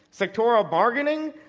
sectorial bargaining,